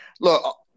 look